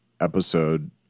episode